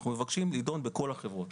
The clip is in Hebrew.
אנחנו מבקשים לדון בכל החברות.